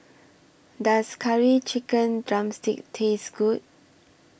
Does Curry Chicken Drumstick Taste Good